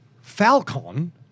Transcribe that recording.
Falcon